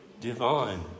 divine